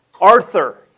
Arthur